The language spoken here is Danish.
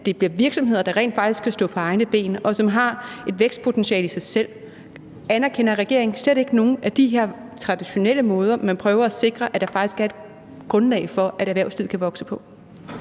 det bliver virksomheder, der rent faktisk kan stå på egne ben, og som har et vækstpotentiale i sig selv? Anerkender regeringen slet ikke nogen af de her traditionelle måder, hvorpå man prøver at sikre, at der faktisk er et grundlag for, at erhvervslivet kan vokse? Kl.